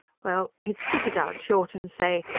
well, he'd spit it out short and say,